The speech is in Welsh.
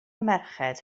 merched